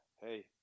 Hey